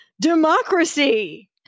democracy